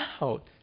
out